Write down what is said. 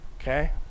Okay